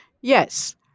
Yes